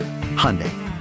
Hyundai